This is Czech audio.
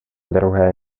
druhé